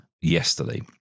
yesterday